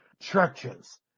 churches